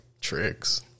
Tricks